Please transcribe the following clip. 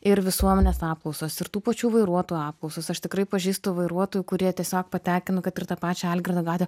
ir visuomenės apklausos ir tų pačių vairuotojų apklausos aš tikrai pažįstu vairuotojų kurie tiesiog patekę nu kad ir į tą pačią algirdo gatvę